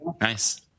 Nice